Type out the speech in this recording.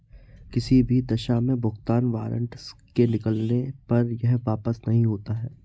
किसी भी दशा में भुगतान वारन्ट के निकलने पर यह वापस नहीं होता है